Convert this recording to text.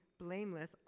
blameless